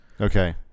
Okay